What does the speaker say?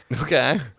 Okay